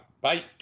bye